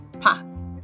path